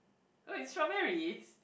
oh it's strawberries